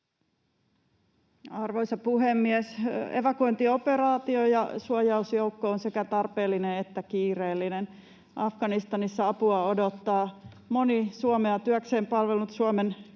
Arvoisa puhemies! Evakuointioperaatio ja suojausjoukko ovat sekä tarpeellisia että kiireellisiä. Afganistanissa apua odottaa moni Suomea työkseen palvellut Suomen